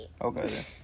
Okay